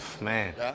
Man